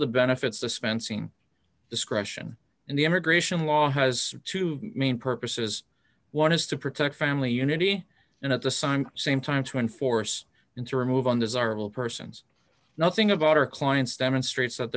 the benefits dispensing discretion and the immigration law has two main purposes one is to protect family unity and at the sign same time to enforce into remove undesirable persons nothing about her clients demonstrates that